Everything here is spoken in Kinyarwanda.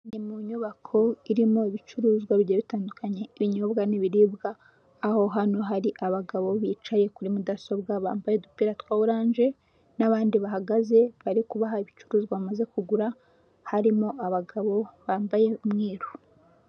Iri mu nyubako irimo ibicuruzwa bijyiye bitandukanye, ibinyobwa n'ibiribwa, aho hano hari abagabo bicaye kuri mudasobwa bambaye udupira twa oranje n'abandi bahagaze bari kubaha ibicuruzwa bamaze kugura harimo abagabo bambaye umweru.